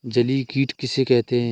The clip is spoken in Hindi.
जलीय कीट किसे कहते हैं?